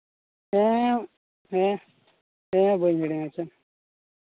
ᱦᱮᱸ ᱦᱮᱸ ᱵᱟᱹᱧ ᱦᱤᱲᱤᱧᱟ ᱟᱪᱪᱷᱟ